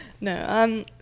no